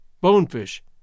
bonefish